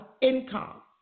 income